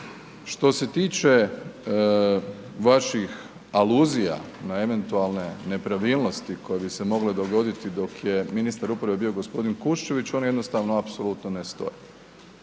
Što se tiče vaših aluzija na eventualne nepravilnosti koje bi se mogle dogoditi dok je ministar uprave bio g. Kuščević, one jednostavno apsolutno ne stoje.